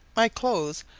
my clothes,